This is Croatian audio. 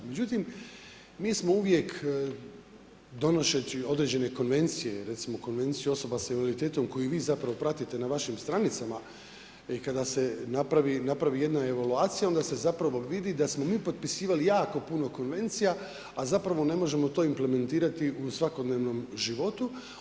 Međutim, mi smo uvijek donoseći određene konvencije, recimo Konvenciju osoba s invaliditetom koju vi zapravo pratite na vašim stranicama i kada se napravi jedna evaluacija, onda se zapravo vidi da smo mi potpisivali jako puno konvencija, a zapravo ne možemo to implementirati u svakodnevnom životu.